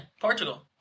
Portugal